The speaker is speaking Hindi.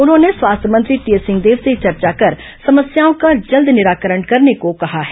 उन्होंने स्वास्थ्य मंत्री टीएस सिंहदेव ने चर्चा कर समस्याओं का जल्द निराकरण करने को कहा है